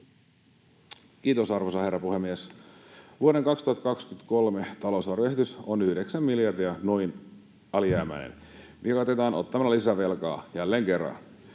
Kiitos, arvoisa herra puhemies! Vuoden 2023 talousarvioesitys on noin yhdeksän miljardia alijäämäinen, mikä katetaan ottamalla lisävelkaa, jälleen kerran.